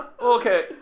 Okay